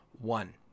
one